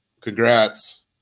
congrats